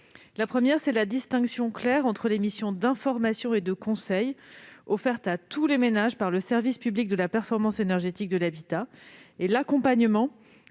à établir une distinction claire entre les missions d'information et de conseil offertes à tous les ménages par le service public de la performance énergétique de l'habitat et l'accompagnement,